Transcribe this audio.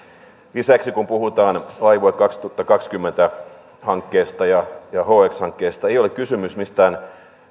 lisäksi kun puhutaan laivue kaksituhattakaksikymmentä hankkeesta ja hx hankkeesta ei ole kysymys mistään